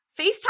FaceTime